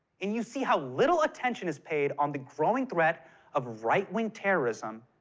and you see how little attention is paid on the growing threat of right-wing terrorism,